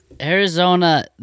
Arizona